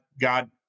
God